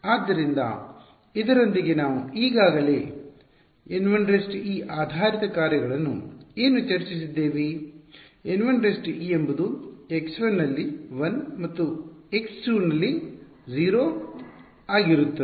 ಆದ್ದರಿಂದ ಇದರೊಂದಿಗೆ ನಾವು ಈಗಾಗಲೇ N1e ಆಧಾರಿತ ಕಾರ್ಯಗಳನ್ನು ಏನು ಚರ್ಚಿಸಿದ್ದೇವೆ N1e ಎಂಬುದು x1 ನಲ್ಲಿ 1 ಮತ್ತು x2 ನಲ್ಲಿ 0 ಆಗಿರುತ್ತದೆ